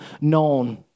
known